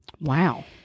Wow